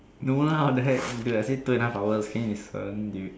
no lah what the heck dude I say two and a half hours can you listen dude